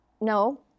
no